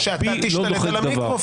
זה לא ייתכן שאתה תשלט על המיקרופון.